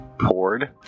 poured